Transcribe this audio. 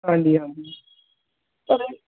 ਹਾਂਜੀ ਹਾਂਜੀ ਪਰ ਇਹ